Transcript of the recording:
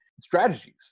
strategies